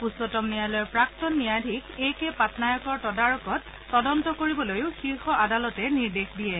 উচ্চতম ন্যায়ালয়ৰ প্ৰাক্তন ন্যায়াধীশ এ কে পাটনায়কৰ তদাৰকত তদন্ত কৰিবলৈও শীৰ্ষ আদালতে নিৰ্দেশ দিয়ে